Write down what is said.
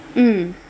mm